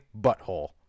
butthole